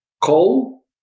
Coal